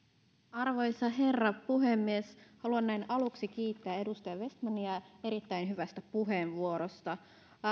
arvoisa herra puhemies haluan näin aluksi kiittää edustaja vestmania erittäin hyvästä puheenvuorosta